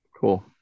Cool